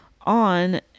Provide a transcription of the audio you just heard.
on